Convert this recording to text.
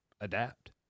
adapt